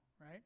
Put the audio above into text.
right